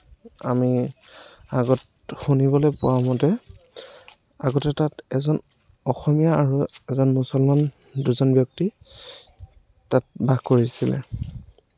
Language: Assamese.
আমি আগত শুনিবলৈ পোৱা মতে আগতে তাত এজন অসমীয়া আৰু এজন মুছলমান দুজন ব্যক্তি তাত বাস কৰিছিল